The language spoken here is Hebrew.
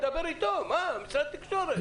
אני מדבר איתו, משרד התקשורת.